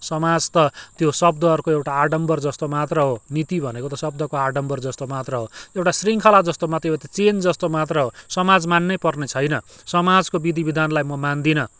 समाज त त्यो शब्दहरूको एउटा आडम्बर जस्तो मात्र हो नीति भनेको शब्दको आडम्बर जस्तो मात्र हो एउटा शृङ्खला जस्तो मात्र हो यो त चेन जस्तो मात्र हो समाज मान्नैपर्ने छैन समाजको विधि विधानलाई म मान्दिनँ